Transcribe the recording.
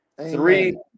three